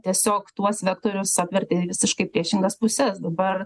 tiesiog tuos vektorius apvertė visiškai į priešingas puses dabar